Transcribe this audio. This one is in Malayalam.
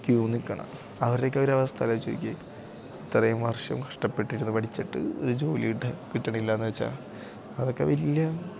ക്യൂ നില്ക്കുന്നത് അവരുടെയൊക്കെ ഒരവസ്ഥ ആലോചിച്ചു നോക്കിയേ ഇത്രയും വർഷം കഷ്ടപ്പെട്ടിരുന്നു പഠിച്ചിട്ട് ഒരു ജോലി കട്ടാൻ കിട്ടുന്നില്ലെന്നുവച്ചാല് അതൊക്കെ വലിയ